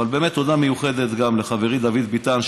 אבל באמת תודה מיוחדת גם לחברי דוד ביטן,